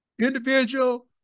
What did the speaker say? individual